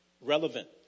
Relevant